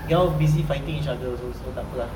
they all busy fighting each other also so takpe ah